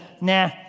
nah